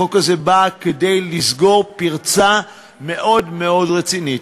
החוק הזה בא לסגור פרצה מאוד מאוד רצינית.